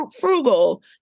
frugal